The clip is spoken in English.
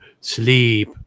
sleep